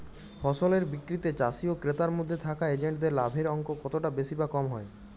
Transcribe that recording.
ফসলের বিক্রিতে চাষী ও ক্রেতার মধ্যে থাকা এজেন্টদের লাভের অঙ্ক কতটা বেশি বা কম হয়?